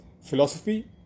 philosophy